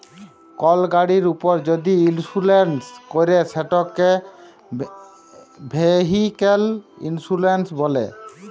call গাড়ির উপর যদি ইলসুরেলস ক্যরে সেটকে ভেহিক্যাল ইলসুরেলস ব্যলে